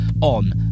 on